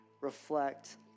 reflect